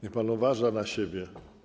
Niech pan uważa na siebie.